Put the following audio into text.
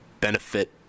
benefit